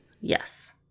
yes